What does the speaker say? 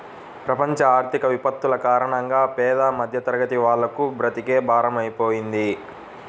ప్రపంచ ఆర్థిక విపత్తుల కారణంగా పేద మధ్యతరగతి వాళ్లకు బ్రతుకే భారమైపోతుంది